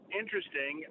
interesting